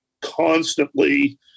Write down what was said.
constantly